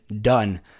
done